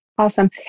Awesome